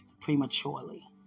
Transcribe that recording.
prematurely